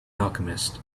alchemist